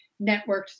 networked